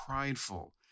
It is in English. prideful